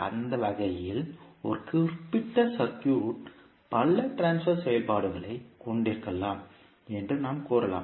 அந்த வகையில் ஒரு குறிப்பிட்ட சர்க்யூட் பல ட்ரான்ஸ்பர் செயல்பாடுகளைக் கொண்டிருக்கலாம் என்று நாம் கூறலாம்